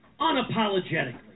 unapologetically